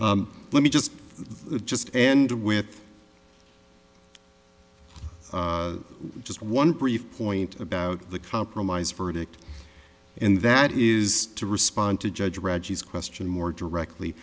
let me just just and with just one brief point about the compromise verdict and that is to respond to judge reggie's question more directly